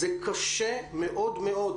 זה קשה מאוד מאוד,